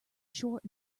short